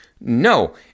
No